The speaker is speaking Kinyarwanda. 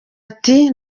ati